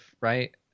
right